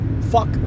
Fuck